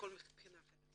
ומכל בחינה אחרת.